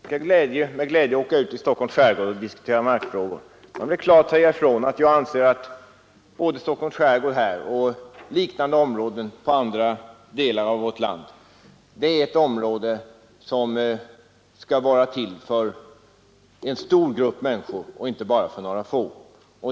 Herr talman! Jag skall med glädje åka ut i Stockholms skärgård och diskutera markfrågor. Jag vill klart säga ifrån att jag anser att Stockholms skärgård och liknande områden i andra delar av vårt land är områden som bör vara till för en stor grupp människor och inte bara för några få.